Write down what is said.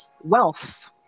wealth